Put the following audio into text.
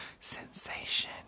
sensation